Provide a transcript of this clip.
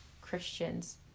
Christians